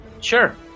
Sure